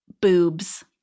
boobs